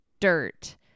dirt